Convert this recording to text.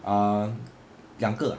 um 两个